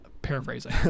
paraphrasing